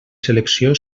selecció